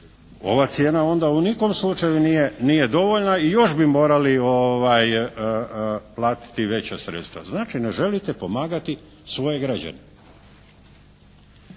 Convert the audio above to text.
Ova cijena onda ni u kom slučaju nije dovoljna i još bi morali platiti veća sredstva. Znači, ne želite pomagati svoje građane.